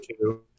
two